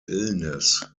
illness